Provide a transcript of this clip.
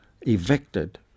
evicted